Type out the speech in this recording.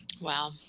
Wow